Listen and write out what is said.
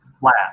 flat